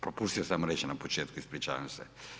Propustio sam reć na početku, ispričavam se.